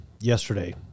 yesterday